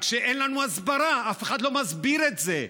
רק שאין לנו הסברה, אף אחד לא מסביר את זה.